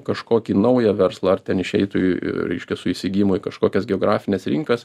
kažkokį naują verslą ar ten išeitų į reiškia su įsigijimu į kažkokias geografines rinkas